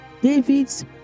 david's